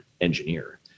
engineer